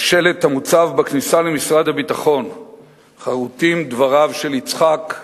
על שלט המוצב בכניסה למשרד הביטחון חרוטים דבריו של יצחק: